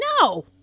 No